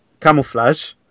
camouflage